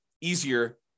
easier